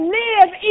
live